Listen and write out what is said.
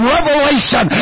Revelation